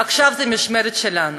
עכשיו זו המשמרת שלנו.